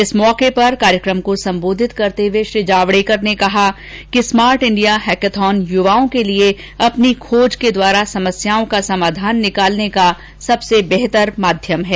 इस मौके पर कार्यक्रम को संबोधित करते हुए श्री जावड़ेकर ने कहा कि स्मार्ट इंडिया हैकाथॉन युवाओं के लिए अपनी खोज के द्वारा समस्याओं का समाधान निकालने का सबसे बेहतर माध्यम है